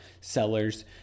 sellers